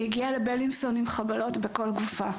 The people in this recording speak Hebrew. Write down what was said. היא הגיעה לבלינסון עם חבלות בכל גופה,